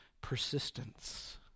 persistence